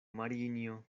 marinjo